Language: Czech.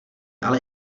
ale